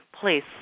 please